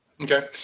Okay